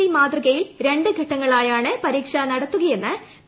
C മാതൃകയിൽ രണ്ടു ഘട്ടങ്ങളായാണ് പരീക്ഷ നടത്തുകയെന്ന് പി